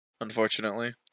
unfortunately